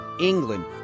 England